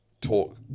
talk